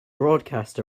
broadcast